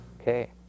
okay